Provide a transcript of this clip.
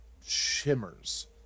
shimmers